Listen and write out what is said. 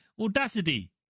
Audacity